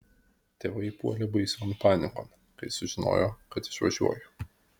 tėvai puolė baision panikon kai sužinojo kad išvažiuoju